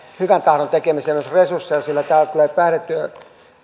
hyvän tahdon tekemiseen resursseja siellä on